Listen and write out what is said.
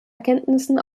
erkenntnissen